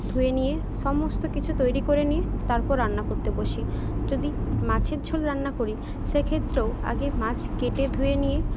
ধুয়ে নিয়ে সমস্ত কিছু তৈরি করে নিয়ে তারপর রান্না করতে বসি যদি মাছের ঝোল রান্না করি সেক্ষেত্রেও আগে মাছ কেটে ধুয়ে নিয়ে